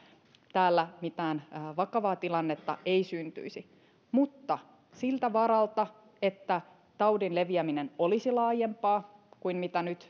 täällä ei mitään vakavaa tilannetta syntyisi mutta siltä varalta että taudin leviäminen olisi laajempaa kuin mitä nyt